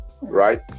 right